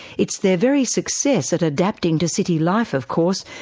it's their very success at adapting to city life, of course,